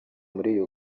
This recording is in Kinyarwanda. muri